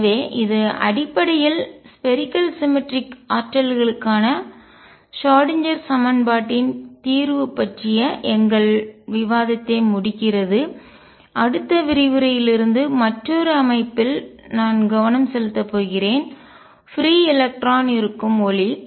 எனவே இது அடிப்படையில் ஸ்பேரிக்கல் சிமெட்ரிக் கோள சமச்சீர் ஆற்றல்களுக்கான ஷ்ராடின்ஜெர் சமன்பாட்டின் தீர்வு பற்றிய எங்கள் விவாதத்தை முடிக்கிறது அடுத்த விரிவுரையில்லிருந்து மற்றொரு அமைப்பில் நான் கவனம் செலுத்தப் போகிறேன் பிரீ எலக்ட்ரான் இருக்கும் ஒளி